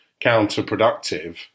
counterproductive